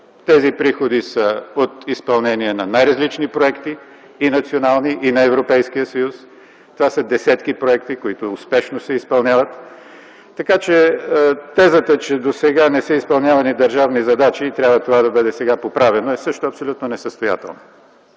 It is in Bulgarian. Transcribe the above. Тези приходи са от изпълнение на най-различни проекти – и национални, и на Европейския съюз. Това са десетки проекти, които успешно се изпълняват. Така че тезата, че досега не са изпълнявани държавни задачи и това сега трябва да бъде поправено, е абсолютно не състоятелно.